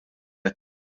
qed